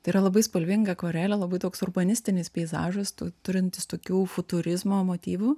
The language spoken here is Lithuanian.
tai yra labai spalvinga akvarelė labai toks urbanistinis peizažas tu turintis tokių futurizmo motyvų